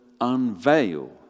unveil